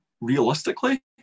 realistically